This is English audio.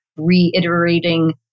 Reiterating